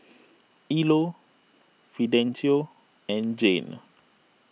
Ilo Fidencio and Jane